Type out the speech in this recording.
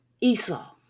Esau